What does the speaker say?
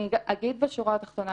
אני אגיד בשורה התחתונה.